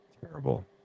terrible